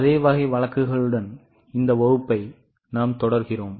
அதே வகை வழக்குகளுடன் இந்த வகுப்பை தொடருவோம்